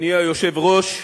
אדוני היושב-ראש,